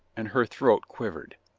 and her throat quivered.